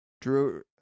Drew